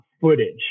footage